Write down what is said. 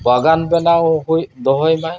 ᱵᱟᱜᱟᱱ ᱵᱮᱱᱟᱣ ᱦᱩᱭ ᱫᱚᱦᱚᱭᱢᱟ